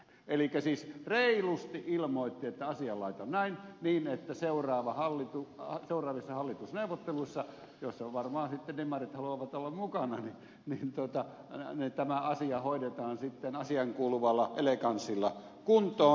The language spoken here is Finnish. elikkä siis reilusti ilmoitti että asianlaita on näin niin että seuraavissa hallitusneuvotteluissa joissa varmaan sitten demarit haluavat olla mukana tämä asia hoidetaan sitten asiaan kuuluvalla eleganssilla kuntoon